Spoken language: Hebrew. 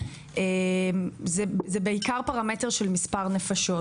זה בעיקר פרמט של מספר נפשות.